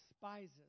despises